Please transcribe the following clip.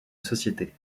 société